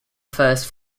first